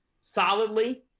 solidly